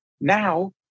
Now